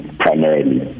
primarily